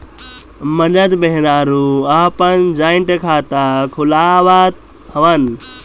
मरद मेहरारू आपन जॉइंट खाता खुलवावत हवन